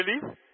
believe